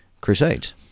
crusades